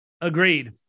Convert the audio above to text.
Agreed